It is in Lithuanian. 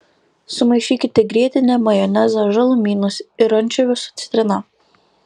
sumaišykite grietinę majonezą žalumynus ir ančiuvius su citrina